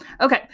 Okay